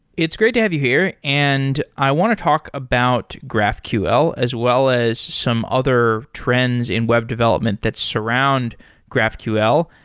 it's great to have you here, and i want to talk about graphql as well as some other trends in web development that surround graphql.